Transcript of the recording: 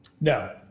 No